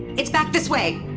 it's back this way